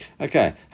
Okay